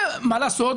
מה לעשות,